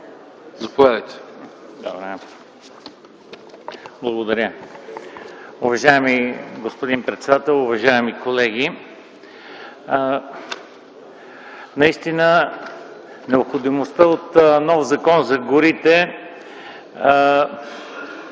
(СК): Благодаря. Уважаеми господин председател, уважаеми колеги! Наистина необходимостта от нов Закон за горите